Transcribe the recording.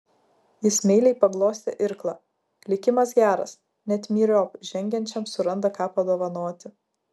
jis meiliai paglostė irklą likimas geras net myriop žengiančiam suranda ką padovanoti